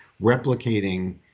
replicating